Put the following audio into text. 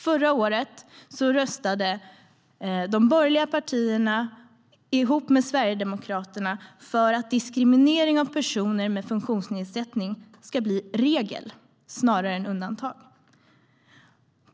Förra året röstade de borgerliga partierna ihop med Sverigedemokraterna för att diskriminering av personer med funktionsnedsättning ska bli regel snarare än undantag.